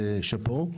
שאפו.